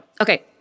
Okay